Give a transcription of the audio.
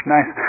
Nice